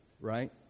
right